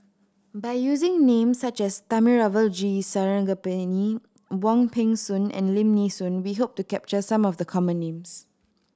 by using names such as Thamizhavel G Sarangapani Wong Peng Soon and Lim Nee Soon we hope to capture some of the common names